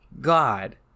God